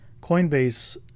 Coinbase